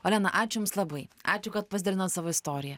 olena ačiū jums labai ačiū kad pasidalinot savo istorija